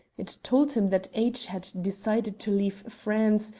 it told him that h. had decided to leave france,